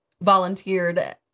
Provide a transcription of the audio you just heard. volunteered